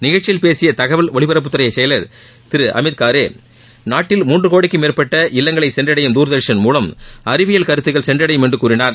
நிகழ்ச்சியில் பேசிய தகவல் ஒலிபரப்புத்துறை செயலர் மற்றும் திரு அமீத்காரே நாட்டில் மூன்று கோடிக்கும் மேற்பட்ட இல்வங்களை சென்றடையும் தூர்தர்ஷன் மூலம் அறிவியல் கருத்துக்கள் சென்றடையும் என்று கூறினார்